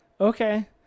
okay